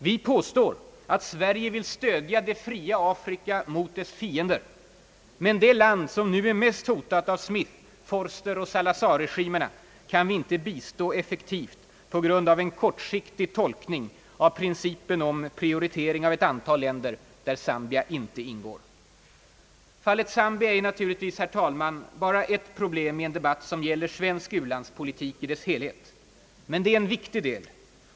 Vi påstår att Sverige vill stödja det fria Afrika mot dess fiender — men det land som nu är mest hotat av Smith-, Vorsteroch Salazarregimerna kan vi inte bistå effektivt på grund av en kortsiktig tolkning av principen om prioritering av ett antal länder där Zambia inte ingår. Fallet Zambia är naturligtvis, herr talman, bara ett problem i en debatt, som gäller svensk u-landspolitik i dess helhet. Men det är en viktig del.